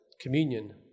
communion